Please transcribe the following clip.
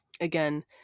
again